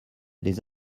les